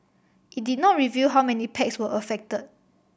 it did not reveal how many packs were affected